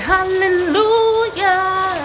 Hallelujah